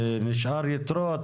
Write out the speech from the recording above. נשאר יתרות,